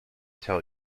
tell